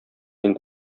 инде